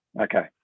Okay